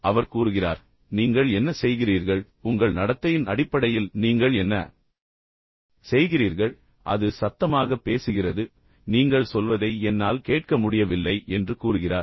அவர் கூறுகிறார் நீங்கள் என்ன செய்கிறீர்கள் அதாவது நீங்கள் என்ன செய்கிறீர்கள் உங்கள் நடத்தையின் அடிப்படையில் நீங்கள் என்ன செய்கிறீர்கள் அது சத்தமாக பேசுகிறது நீங்கள் சொல்வதை என்னால் கேட்க முடியவில்லை என்று கூறுகிறார்